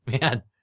Man